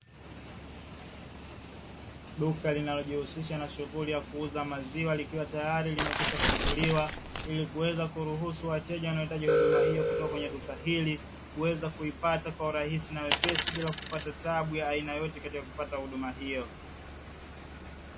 Duka linalojihusisha na shughuli ya kuuza maziwa likiwa tayari limekwisha funguliwa, ili kuweza kuruhusu wateja wanaohitaji huduma hiyo kutoka kwenye duka hili kuweza kuipata kwa urahisi na wepesi, bila kupata taabu ya aina yoyote katika kupata huduma hiyo.